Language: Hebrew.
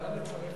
ההצעה להעביר